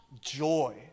joy